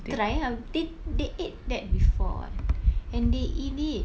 try ah they they eat that before [what] and they eat it